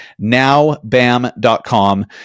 NowBAM.com